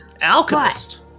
Alchemist